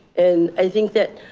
and i think that